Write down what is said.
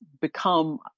become